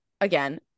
again